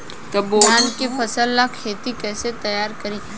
धान के फ़सल ला खेती कइसे तैयार करी?